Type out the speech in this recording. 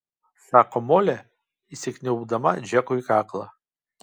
sako molė įsikniaubdama džekui į kaklą